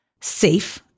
safe